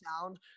sound